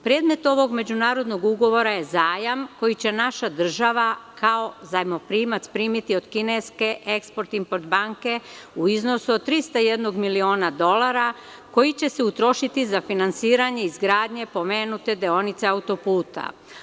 Predmet ovog međunarodnog ugovora je zajam koji će naša država kao zajmoprimac primiti od kineske Eksport-import banke u iznosu od 301.000.000 dolara, koji će se utrošiti za finansiranje izgradnje pomenute deonice autoputa.